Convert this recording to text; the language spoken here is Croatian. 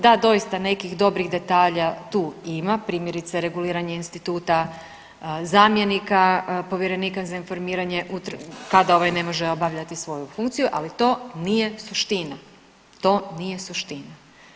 Da, doista nekih dobrih detalja tu ima, primjerice reguliranje instituta zamjenika povjerenika za informiranje kada ovaj ne može obavljati svoju funkciju, ali to nije suština, to nije suština.